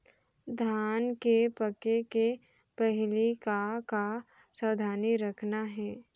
धान के पके के पहिली का का सावधानी रखना हे?